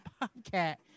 bobcat